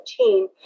2014